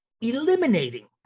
eliminating